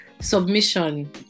submission